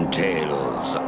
tales